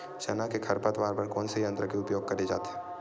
चना के खरपतवार बर कोन से यंत्र के उपयोग करे जाथे?